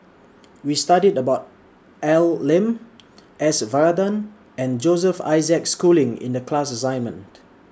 We studied about A L Lim S Varathan and Joseph Isaac Schooling in The class assignment